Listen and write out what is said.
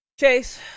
Chase